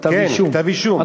כתב-אישום.